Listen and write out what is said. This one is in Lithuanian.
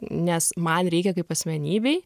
nes man reikia kaip asmenybei